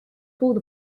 called